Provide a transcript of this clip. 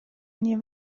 mnie